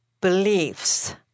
beliefs